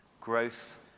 growth